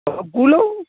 টপগুলো